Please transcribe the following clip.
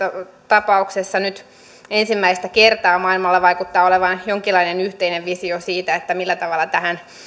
tapauksessa nyt ensimmäistä kertaa maailmalla vaikuttaa olevan jonkinlainen yhteinen visio siitä millä tavalla tähän